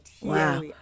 wow